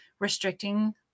restricting